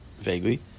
vaguely